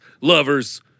lovers